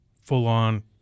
full-on